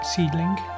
Seedling